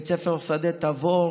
בית ספר שדה אלון תבור,